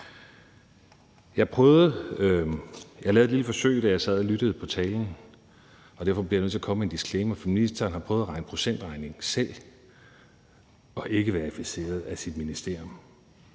Jeg lavede et lille forsøg, da jeg sad og lyttede til talen, og derfor bliver jeg nødt til at komme med en disclaimer, for ministeren har prøvet at regne procentregning selv og ikke fået det verificeret af sit ministerium.